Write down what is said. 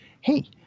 Hey